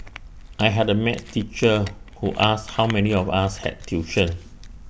I had A math teacher who asked how many of us had tuition